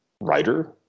writer